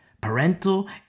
Parental